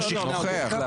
נוכח.